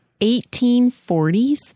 1840s